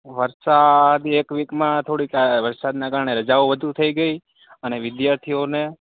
વરસાદ એક વીકમાં થોડીક વરસાદના કારણે રજાઓ વધુ થઈ ગઈ અને વિદ્યાર્થીઓને